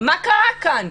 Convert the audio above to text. מה קרה כאן?